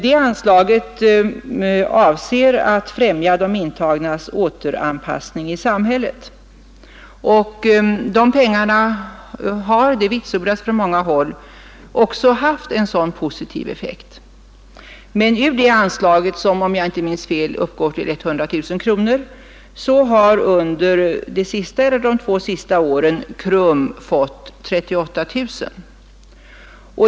Detta anslag avser att främja de intagnas återanpassning i samhället. De pengarna har — det vitsordas från många håll — också haft en positiv effekt. Men ur det anslaget, som om jag inte minns fel uppgår till 100 000 kronor, har under de två senaste åren KRUM fått 38 000 kronor.